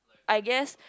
I guess